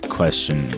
question